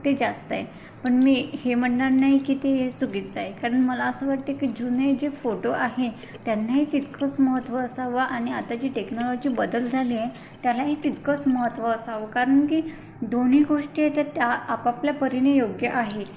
ते जास्त आहे पण मी हे म्हणणार नाही की ते हे चुकीचं आहे कारण मला असं वाटते की जुने जे फोटो आहे त्यांनाही तितकंच महत्त्व असावं आणि आता जी टेक्नॉलॉजी बदल झाली आहे त्यालाही तितकंच महत्त्व असावं कारण की दोन्ही गोष्टी आहे त्या त्या आपापल्या परीने योग्य आहे